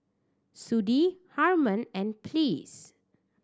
Sudie Harman and Ples